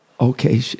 Okay